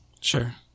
Sure